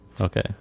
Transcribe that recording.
Okay